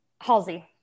Halsey